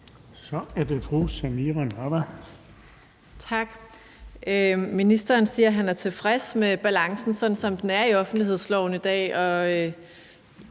Kl. 10:38 Samira Nawa (RV): Tak. Ministeren siger, han er tilfreds med balancen, sådan som den er i offentlighedsloven i dag.